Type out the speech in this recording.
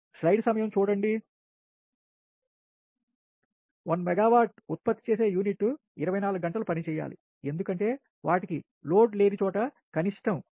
1 మెగావాట్ల ఉత్పత్తి చేసే యూనిట్ 24 గంటలు పనిచేయాలి ఎందుకంటే వాటికి లోడ్ లేని చోట కనిష్టం 0